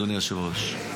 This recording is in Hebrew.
אדוני היושב-ראש.